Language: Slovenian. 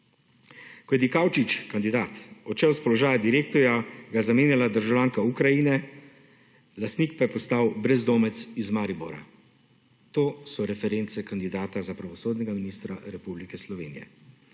Ko je Dikaučič (kandidat) odštel s položaja direktorja ga je zamenjala državljanka Ukrajine, lastnik pa je postal brezdomec iz Maribora. To so reference kandidata za pravosodnega ministra Republike Slovenije.